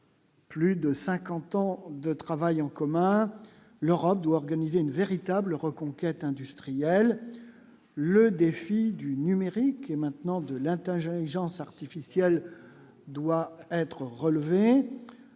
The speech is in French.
Plus de 50 ans de travail en commun : l'Europe doit organiser une véritable reconquête industrielle, le défi du numérique est maintenant de latin, jeunes gens s'artificiel doit être relevé,